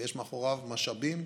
יש מאחוריו משאבים,